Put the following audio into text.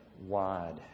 wide